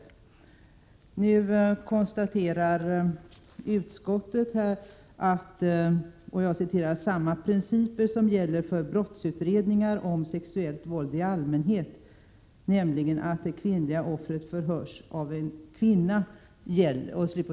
I utskottsbetänkandet konstateras ”att utredningen i sådana asylärenden där sexuellt våld kan ha förekommit görs enligt samma principer som gäller för brottsutredningar om sexuellt våld i allmänhet, nämligen att det kvinnliga offret förhörs av en kvinna”.